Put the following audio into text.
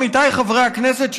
עמיתיי חברי הכנסת,